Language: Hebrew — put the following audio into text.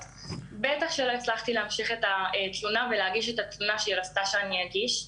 בטח שלא הצלחתי להמשיך ולהגיש את התלונה שהיא רצתה שאני אגיש.